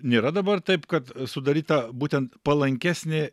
nėra dabar taip kad sudaryta būtent palankesnė